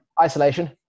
isolation